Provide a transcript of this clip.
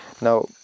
Now